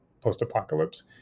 post-apocalypse